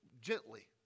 gently